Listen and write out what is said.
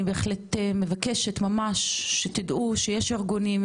אני בהחלט מבקשת ממש שתדעו שיש ארגונים,